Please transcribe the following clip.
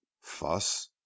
fuss